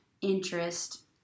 interest